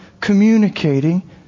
communicating